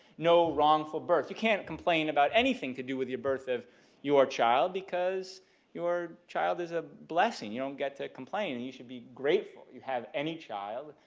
no wrongful birth. you can't complain about anything to do with your birth of your child because your child is a blessing. you don't get to complain and you should be grateful you have any child,